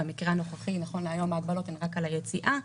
במקרה הנוכחי נכון להיום ההגבלות הן רק על היציאה.